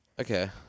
Okay